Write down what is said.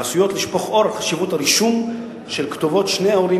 ועשויות לשפוך אור על חשיבות הרישום של כתובות שני ההורים